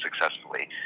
successfully